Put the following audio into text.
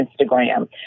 Instagram